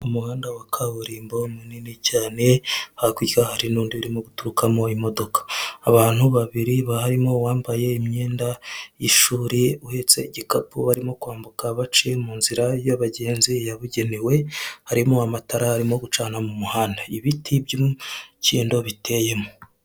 Umuhanda wa kaburimbo munini cyane hakurya harin’ndi urimo guturukamo imodoka abantu babiri barimo, wambaye imyenda yi’ishuri uhetse igikapu barimo kwambuka. Baciye mu nzira y’abagenzi yabugenewe harimo amatara arimo gucana mu muhanda; ibiti by’umukindo biteyemo.